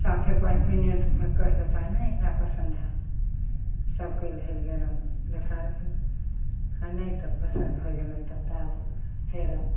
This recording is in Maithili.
साफे कए अइ मिनटमे कहि देतय नहि हमरा पसन्द हइ सब कयल धयल गेलनि बेकार भेल आओर नहि तऽ पसन्द होइ गेलनि तब तऽ आब फेर